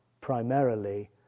primarily